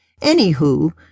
Anywho